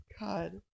God